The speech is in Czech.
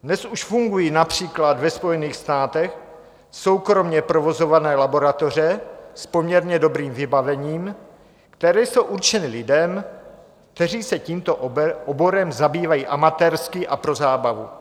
Dnes už fungují například ve Spojených státech soukromě provozované laboratoře s poměrně dobrým vybavením, které jsou určeny lidem, kteří se tímto oborem zabývají amatérsky a pro zábavu.